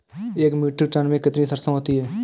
एक metric ton में कितनी सरसों होती है?